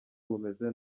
bumeze